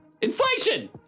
inflation